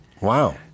Wow